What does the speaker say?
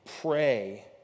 pray